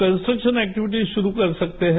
construction activities शुरू कर सकते हैं